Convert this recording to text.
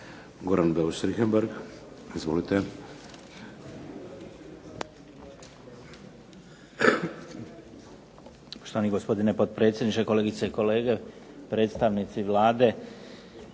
Goran Beus Richembergh. Izvolite.